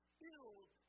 filled